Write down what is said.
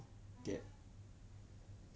get